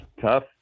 tough